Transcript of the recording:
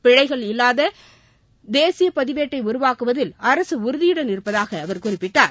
பிழைகள் இல்லாத தேசியப்பதிவேட்டை உருவாக்குவதில் அரசு உறுதியுடன் இருப்பதாக அவர் குறிப்பிட்டார்